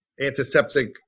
antiseptic